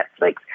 Netflix